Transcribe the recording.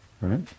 Right